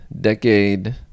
decade